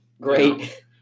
Great